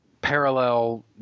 parallel